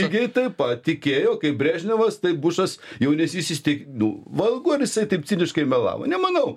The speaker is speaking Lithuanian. lygiai taip pat tikėjo kaip brežnevas taip bušas jaunesnysis tik nu vargu ar jis taip ciniškai melavo nemanau